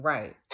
Right